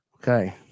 okay